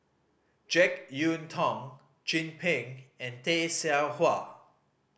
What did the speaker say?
Jek Yeun Thong Chin Peng and Tay Seow Huah